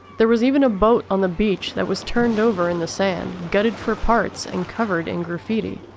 there was even a boat on the beach that was turned over in the sand, gutted for parts and covered in graffiti.